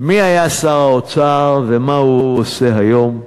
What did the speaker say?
מי היה שר האוצר ומה הוא עושה היום?